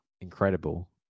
incredible